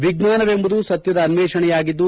ವಿಣ್ವಾನವೆಂಬುದು ಸತ್ತದ ಅಸ್ವೇಷಣೆಯಾಗಿದ್ದು